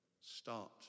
Start